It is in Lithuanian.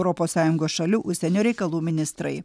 europos sąjungos šalių užsienio reikalų ministrai